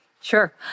Sure